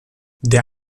der